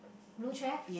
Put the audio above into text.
blue chair